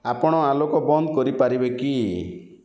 ଆପଣ ଆଲୋକ ବନ୍ଦ କରିପାରିବେ କି